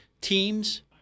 teams